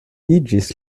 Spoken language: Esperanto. iĝis